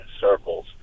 circles